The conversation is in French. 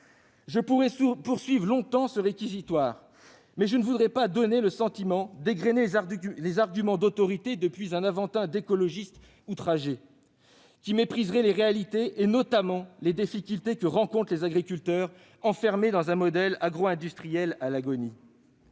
Je pourrais poursuivre longtemps ce réquisitoire, mais je ne voudrais pas donner le sentiment d'égrainer les arguments d'autorité depuis un Aventin d'écologiste outragé qui mépriserait les réalités, notamment les difficultés que rencontrent les agriculteurs enfermés dans un modèle agroindustriel à l'agonie.